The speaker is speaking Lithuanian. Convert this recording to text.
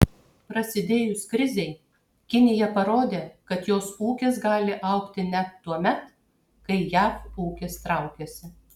prasidėjus krizei kinija parodė kad jos ūkis gali augti net tuomet kai jav ūkis traukiasi